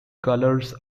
colors